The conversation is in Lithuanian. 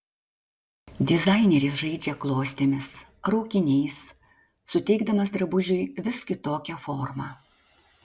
dizaineris žaidžia klostėmis raukiniais suteikdamas drabužiui vis kitokią formą